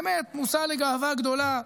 ובאמת, מושא לגאווה גדולה,